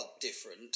different